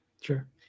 Sure